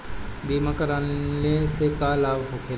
बीमा कराने से का लाभ होखेला?